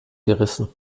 gerissen